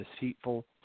deceitful